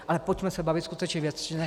Ale pojďme se bavit skutečně věcně.